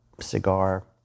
cigar